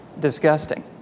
disgusting